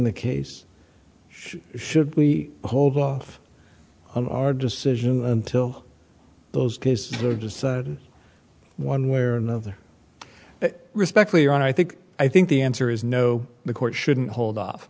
the case should we hold off on our decision until those cases are decided one way or another respect leon i think i think the answer is no the court shouldn't hold off